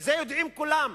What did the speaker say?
ואת זה יודעים כולם.